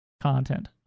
content